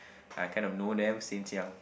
I kind of know them since young